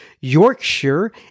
Yorkshire